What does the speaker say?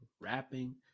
rapping